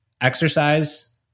exercise